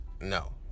no